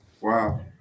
wow